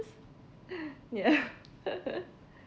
ya